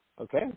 Okay